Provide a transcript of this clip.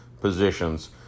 positions